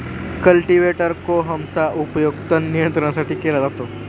cultivator कोहमचा उपयोग तण नियंत्रणासाठी केला जातो